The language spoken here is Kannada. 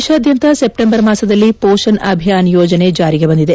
ದೇಶಾದ್ಯಂತ ಸೆಪ್ಸೆಂಬರ್ ಮಾಸದಲ್ಲಿ ಪೋಷಣ್ ಅಭಿಯಾನ್ ಯೋಜನೆ ಜಾರಿಗೆ ಬಂದಿದೆ